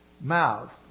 mouth